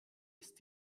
ist